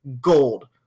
gold